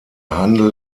handel